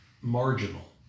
marginal